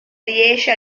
riesce